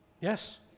Yes